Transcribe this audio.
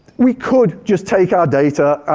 we could just take our data,